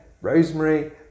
rosemary